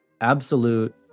absolute